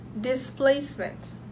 displacement